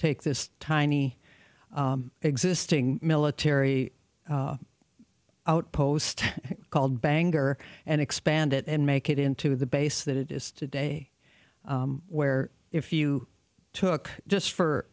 take this tiny existing military outpost called bangor and expand it and make it into the base that it is today where if you took just